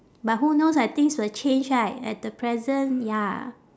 but who knows ah things will change right at the present ya